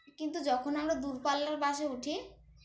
কিন্তু যখন আমরা দূরপাল্লার বাসে উঠি